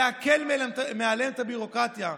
להקל עליהם את הביורוקרטיה.